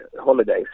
holidays